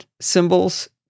symbols